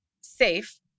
safe